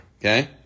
okay